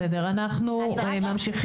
בסדר, אנחנו ממשיכים.